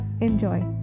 Enjoy